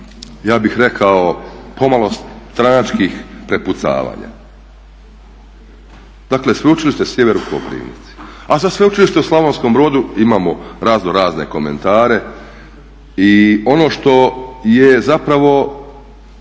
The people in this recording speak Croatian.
ja bih rekao pomalo stranačkih prepucavanja. Dakle Sveučilište Sjever u Koprivnici, a za Sveučilište u Slavonskom Brodu imamo raznorazne komentare. I ono što je zapravo